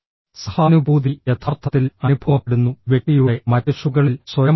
സഹാനുഭൂതി യഥാർത്ഥത്തിൽ അനുഭവപ്പെടുന്നു വ്യക്തിയുടെ മറ്റ് ഷൂകളിൽ സ്വയം വയ്ക്കുക